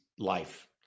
Life